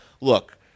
look